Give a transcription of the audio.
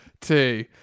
two